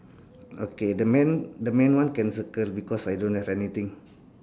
okay the man the man one can circle because I don't have anything